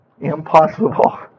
Impossible